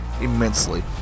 immensely